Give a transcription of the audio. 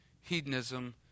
hedonism